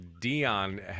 Dion